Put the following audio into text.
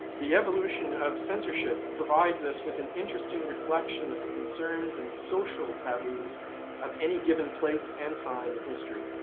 the evolution of censorship provides us with an interesting reflection of the concerns and social taboos of any given place and time in history.